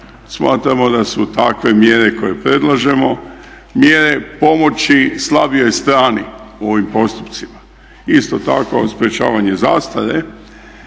smatramo da su takve mjere koje predlažemo mjere pomoći slabijoj strani u ovim postupcima. Isto tako sprječavanje zastare